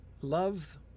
Love